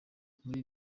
muri